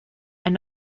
and